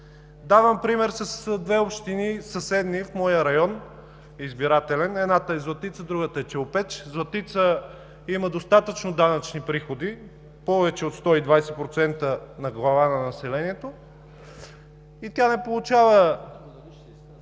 Давам пример с две общини съседни в моя избирателен район – едната е Златица, другата е Челопеч. Златица има достатъчно данъчни приходи – повече от 120% на глава на населението, и тя не получава